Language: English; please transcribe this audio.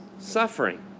suffering